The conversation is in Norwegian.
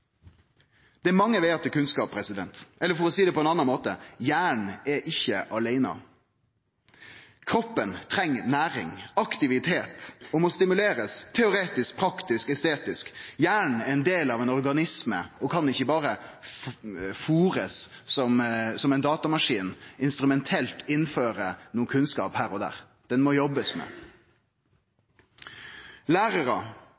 Det er mange vegar til kunnskap, eller for å seie det på ein annan måte: Hjernen er ikkje aleine. Kroppen treng næring og aktivitet og må stimulerast teoretisk, praktisk og estetisk. Hjernen er ein del av ein organisme og kan ikkje berre fôrast som ei datamaskin – instrumentelt innføre noko kunnskap her og der. Ein må